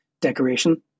decoration